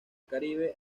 caribe